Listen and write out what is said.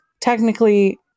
technically